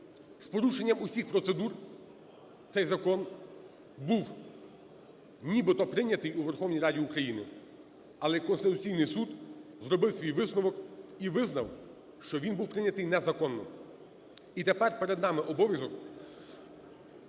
З порушенням усіх процедур цей закон був нібито прийнятий у Верховній Раді України, але Конституційний Суд зробив свій висновок і визнав, що він був прийнятий незаконно. І тепер перед нами обов'язок,